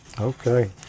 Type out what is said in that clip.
okay